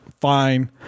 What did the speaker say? fine